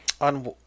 on